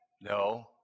no